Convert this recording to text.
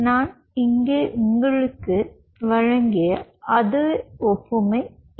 எனவே நான் இங்கே உங்களுக்கு வழங்கிய அதே ஒப்புமை இது